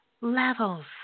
levels